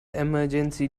emergency